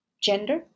gender